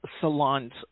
Salons